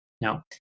Now